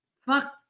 fuck